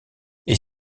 est